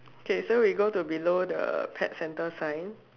okay so we go to below the pet centre sign